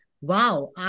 wow